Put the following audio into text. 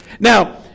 Now